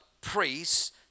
priests